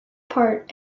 part